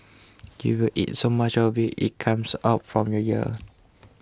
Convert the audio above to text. you will eat so much of it it comes out from your ears